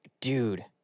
dude